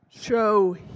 show